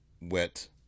wet